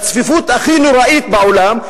בצפיפות הכי נוראית בעולם.